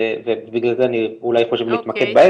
בגלל זה אולי חשוב להתמקד בהם,